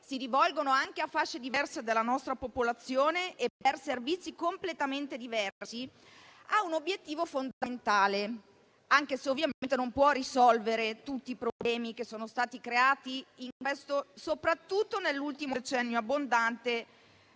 si rivolgono anche a fasce diverse della nostra popolazione e per servizi completamente diversi, ha un obiettivo fondamentale, anche se ovviamente non può risolvere tutti i problemi che sono stati creati soprattutto nell'ultimo decennio abbondante,